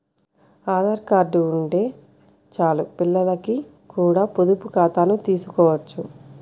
Aadhaar card ఉంటే చాలు పిల్లలకి కూడా పొదుపు ఖాతాను తీసుకోవచ్చు